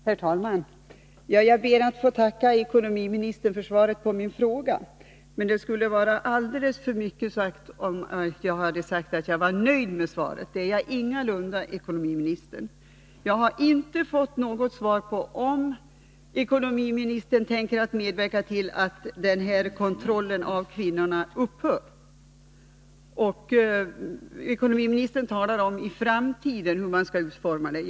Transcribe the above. Herr talman! Jag ber att få tacka finansministern för svaret på min fråga. Det skulle vara alldeles för mycket sagt om jag påstod att jag var nöjd med svaret. Det är jag ingalunda. Jag har inte fått något svar på om finansministern tänker medverka till att den här kontrollen av kvinnorna upphör. Finansministern talar om hur kontrollen skall utformas i framtiden.